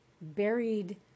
buried